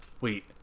wait